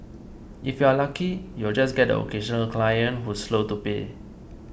if you're lucky you'll just get the occasional client who's slow to pay